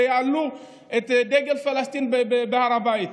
שיעלו את דגל פלסטין בהר הבית,